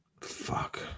Fuck